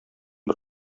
бер